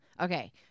Okay